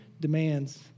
demands